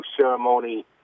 ceremony